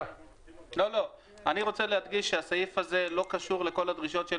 אני רוצה להדגיש שהסעיף הזה לא קשור לכל הדרישות של